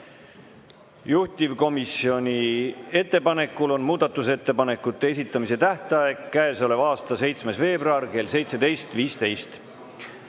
Juhtivkomisjoni ettepanekul on muudatusettepanekute esitamise tähtaeg käesoleva aasta 7. veebruar kell 17.15.